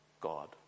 God